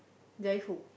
drive who